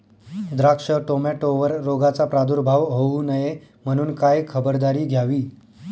द्राक्ष, टोमॅटोवर रोगाचा प्रादुर्भाव होऊ नये म्हणून काय खबरदारी घ्यावी?